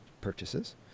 purchases